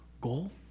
goal